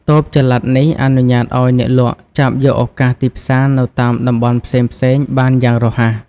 តូបចល័តនេះអនុញ្ញាតឱ្យអ្នកលក់ចាប់យកឱកាសទីផ្សារនៅតាមតំបន់ផ្សេងៗបានយ៉ាងរហ័ស។